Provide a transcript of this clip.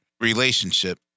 relationship